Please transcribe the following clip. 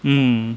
mm